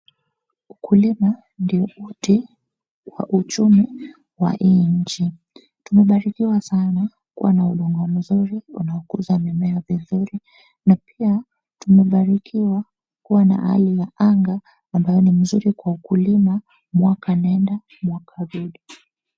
Ukulima ndiyo uti wa uchumi wa hii nchi. Tumebarikiwa sana kuwa udongo mzuri unaokuza mimea vizuri na pia tumebarikiwa kuwa na hali ya anga ambayo ni mzuri kwa ukulima mwaka nenda mwaka rudi.